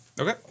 Okay